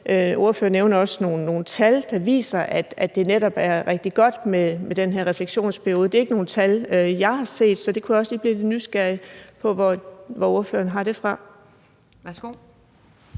Ordføreren nævner også nogle tal, der viser, at det netop er rigtig godt med den her refleksionsperiode, men det er ikke nogle tal, jeg har set. Så jeg kan godt blive lidt nysgerrig efter at høre, hvor ordføreren har dem fra. Kl.